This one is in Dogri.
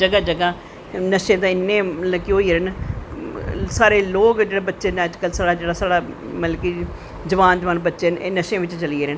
जगाह् जगाह् नशे ते मतलव कि इन्ने होइ दे न सारे लोग न जेह्ड़े बच्चे न मतलव कि जवान जवान बच्चे न एह् नशें बिच्च चली दे न